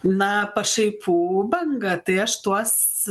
na pašaipų bangą tai aš tuos